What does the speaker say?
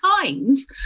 Times